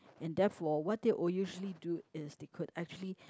and therefore what do you all usually do is decode actually